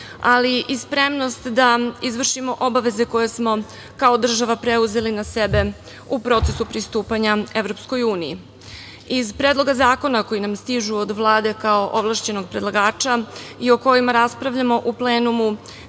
ali i spremnost da izvršimo obaveze koje smo kao država preuzeli na sebe u procesu pristupanja EU.Iz predloga zakona koji nam stižu od Vlade kao ovlašćenog predlagača i o kojima raspravljamo u plenumu,